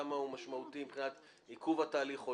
כמה הוא משמעותי מבחינת עיכוב התהליך?